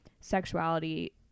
sexuality